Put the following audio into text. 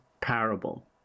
parable